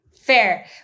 Fair